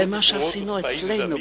זה מה שעשינו אצלנו,